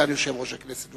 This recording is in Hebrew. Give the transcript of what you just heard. סגן יושב-ראש הכנסת.